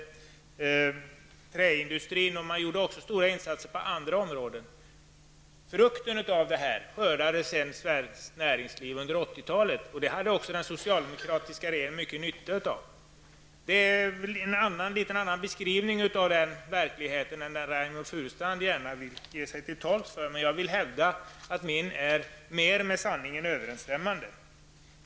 Stora insatser gjordes också på andra områden. Frukterna av allt detta arbete skördade svenskt näringsliv under 80-talet. Den socialdemokratiska regeringen hade stor nytta därav. Min beskrivning av verkligheten skiljer sig alltså något från den som Reynoldh Furustrand gärna vill tala för. Jag hävdar att min beskrivning mera överensstämmer med sanningen.